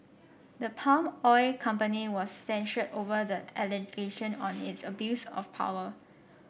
the palm oil company was censured over the allegation on its abuse of power